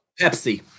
Pepsi